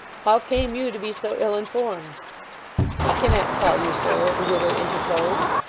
how came you to be so ill informed he cannot tell you, sir the widow interposed.